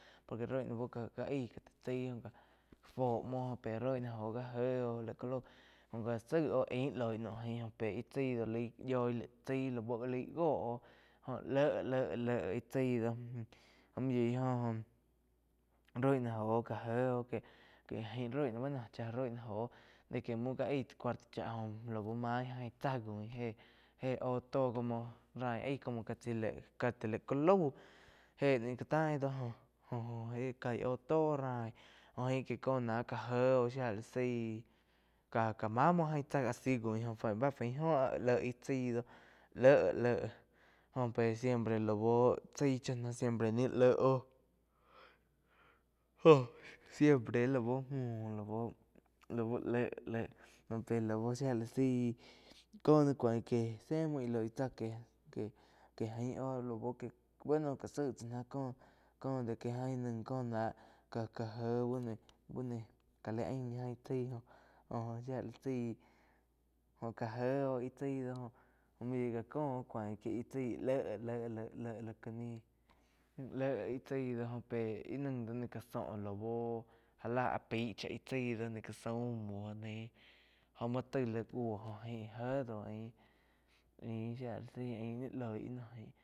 Por que roi náh buo gá aig ká ti chaaí fuo muo pé roig náh joh gá éh goh laig ká lau góa gá saig óh ain loih naum pe íh chái do laig yoi laig chai buo gá laig gó oh. Joh léh, léh íh chaí do jó muo yoig óh joh roi náh jo gá éh joh que ain roig ná bá no jo chá roig ná joh de que muo gá aig tsai cuarto chá lau maín jain tsá já guin héh óh tó como rain aig como chai lag ká té laíg ká lau jé cá tain do joh-joh éh caíg óh tóh rain jó jaín có náh já éh oh shía la zaig ká-ká ca ma muo jaon tsá guin a si báh fain jo áh léh íh chái doh léh, léh pe siempre lau chái chá náh siempre ni léh óh jó siempre lá bu múo lá bu, lá bu léh, léh jó pé lau shía la saig có náh cuaín qué zé muo íh loi tsá que-que jain óh lau bueno já zaig tsá náh cóh de que jan naih có náh ká-ká éh ka lá ain jaín chái jo-jo shía lá zaí jó ká jé óh íh chái doh jó muo yoig ká ko óh cuain que íh chái léh, léh lá ká nih, léh íh chái do jo pe íh naig do ni ká zó loh cúo óh já lá áh paí chá ih chái doh gá ni ga zaum muo naí joh muo taí li buo jo jain éh dau aín-ain shía la zaí ain ni loig íh no jain.